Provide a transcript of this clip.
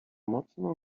mocno